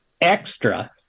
extra